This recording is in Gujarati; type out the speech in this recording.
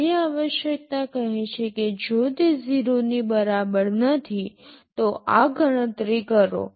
મારી આવશ્યકતા કહે છે કે જો તે 0 ની બરાબર નથી તો આ ગણતરી કરો